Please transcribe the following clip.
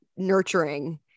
nurturing